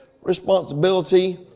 responsibility